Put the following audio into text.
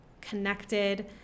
connected